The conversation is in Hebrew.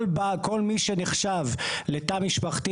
כל מי שנחשב לתא משפחתי